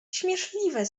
śmieszliwe